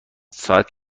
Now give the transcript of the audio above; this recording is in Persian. ساعت